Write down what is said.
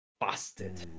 busted